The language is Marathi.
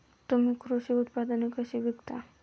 तुम्ही कृषी उत्पादने कशी विकता?